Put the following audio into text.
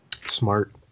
Smart